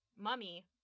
mummy